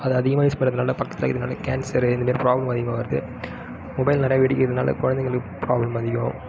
அதை அதிகமாக யூஸ் பண்ணுறதுனால பக்கத்தில் இதனால் கேன்சரு இந்த மாதிரி ப்ராப்ளம் அதிகமாக வருது மொபைல் நிறைய வெடிக்கிறதுனால கொழந்தைகளுக்கு ப்ராப்ளம் அதிகம்